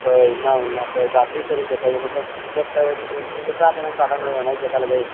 कोइ एन्ने ओन्ने कोइ गाछी पर चढ़िके देखैया मतलब देखतै जेकरा जेना साधन रहैया ओहिनाइ देखै लगैया